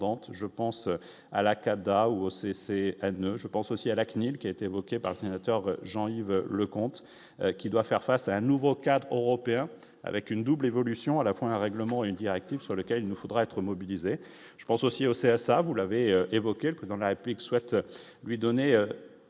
je pense à la Cada ou au CIC, elles ne je pense aussi à la CNIL, qui a été évoqué par Tina Turner Jean-Yves Leconte qui doit faire face à un nouveau cadre européen avec une double évolution à la fois un règlement une directive sur lequel nous faudra être mobilisés, je pense aussi au CSA, vous l'avez évoqué le président de la République souhaite lui donner